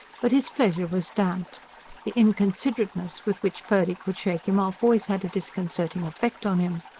but his pleasure was damped the inconsiderateness with which purdy could shake him off, always had a disconcerting effect on him.